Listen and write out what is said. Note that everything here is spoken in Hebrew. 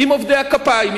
עם עובדי הכפיים,